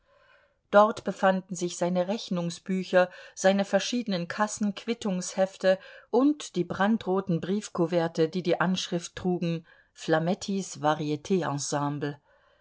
dort befanden sich seine rechnungsbücher seine verschiedenen kassen quittungshefte und die brandroten briefkuverte die die anschrift trugen